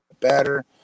better